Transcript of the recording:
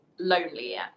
Lonelier